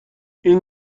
این